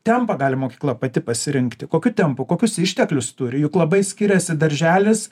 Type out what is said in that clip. tempą gali mokykla pati pasirinkti kokiu tempu kokius išteklius turi juk labai skiriasi darželis